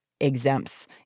Exempts